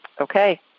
Okay